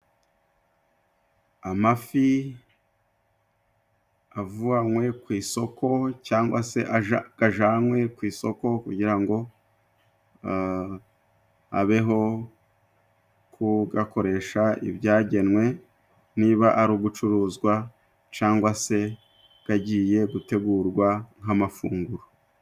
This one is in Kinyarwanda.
Amafi avanywe ku isoko cyangwa se gajanwe ku isoko kugira ngo habeho kugakoresha ibyagenwe, niba ari ugucuruzwa cangwa se gagiye gutegurwa nk'amafunguro.